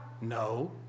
No